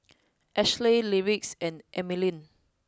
Ashlea Lyric and Emmaline